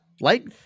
light